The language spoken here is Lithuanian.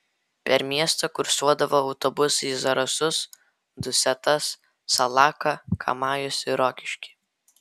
per miestą kursuodavo autobusai į zarasus dusetas salaką kamajus ir rokiškį